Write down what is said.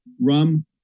rum